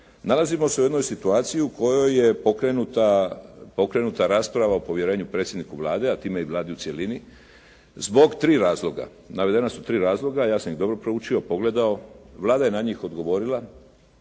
Nalazimo se u jednoj situaciji u kojoj je pokrenuta rasprava o povjerenju predsjedniku Vlade, a time i Vladi u cjelini, zbog tri razloga. Navedena su tri razloga. Ja sam ih dobro proučio, pogledao. Vlada je na njih odgovorila,